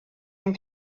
ein